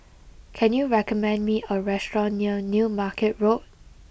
can you recommend me a restaurant near New Market Road